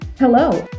Hello